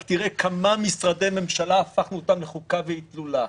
רק תראה כמה משרדי ממשלה הפכנו לחוכא ואיטלולא,